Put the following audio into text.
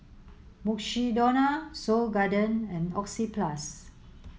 Mukshidonna Seoul Garden and Oxyplus